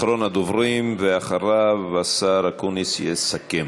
אחרון הדוברים, ואחריו, השר אקוניס יסכם.